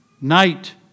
night